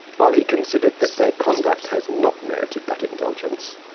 while he considered that their conduct has not merited that indulgence,